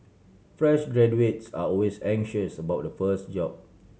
fresh graduates are always anxious about the first job